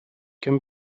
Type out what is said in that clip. can